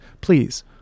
please